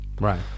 right